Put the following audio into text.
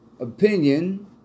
opinion